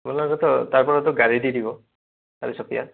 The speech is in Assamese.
তাৰপৰাতো গাড়ী দি দিব চাৰিচকীয়া